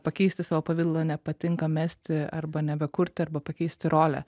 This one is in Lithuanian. pakeisti savo pavidalą nepatinka mesti arba nebekurti arba pakeisti rolę